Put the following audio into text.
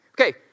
Okay